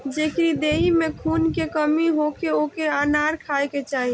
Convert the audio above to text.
जेकरी देहि में खून के कमी होखे ओके अनार खाए के चाही